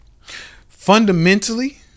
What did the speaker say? fundamentally